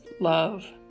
love